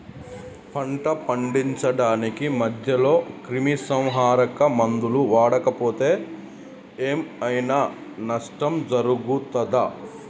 పంట పండించడానికి మధ్యలో క్రిమిసంహరక మందులు వాడకపోతే ఏం ఐనా నష్టం జరుగుతదా?